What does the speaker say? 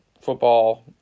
football